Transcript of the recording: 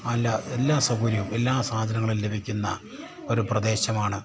അല്ല എല്ലാ സൗകര്യവും എല്ലാ സാധനങ്ങളും ലഭിക്കുന്ന ഒരു പ്രദേശമാണ്